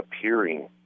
appearing